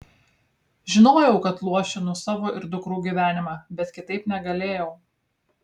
žinojau kad luošinu savo ir dukrų gyvenimą bet kitaip negalėjau